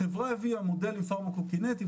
החברה הביאה מודל פארמה קוקינטי,